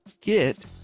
get